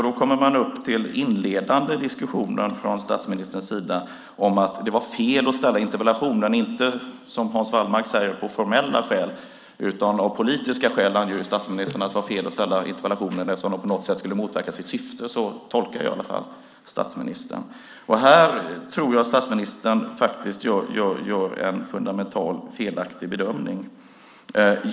Då kommer man till den inledande diskussionen från statsministerns sida om att det var fel att ställa interpellationen, inte, som Hans Wallmark säger, av formella skäl utan av politiska skäl, eftersom den på något sätt skulle motverka sitt syfte. Så tolkar jag i alla fall statsministern. Här tror jag att statsministern gör en fundamentalt felaktig bedömning.